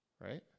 right